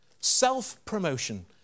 self-promotion